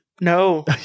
No